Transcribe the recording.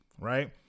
right